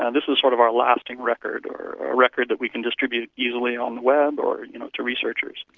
and this is sort of our lasting record or a record that we can distribute easily on the web or you know to researchers.